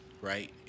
right